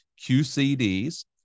QCDs